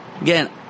again